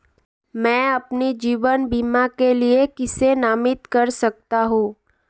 मैं अपने जीवन बीमा के लिए किसे नामित कर सकता हूं?